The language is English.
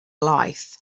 life